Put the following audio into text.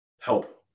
help